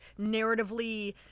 narratively